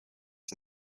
for